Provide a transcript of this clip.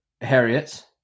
Harriet